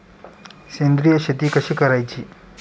सेंद्रिय शेती कशी करायची?